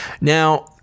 Now